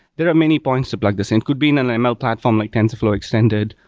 there are many points to plug this in. it could be in an ah ml platform like tensorflow extended,